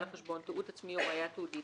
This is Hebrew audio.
החשבון תיעוד עצמי או ראיה תיעודית,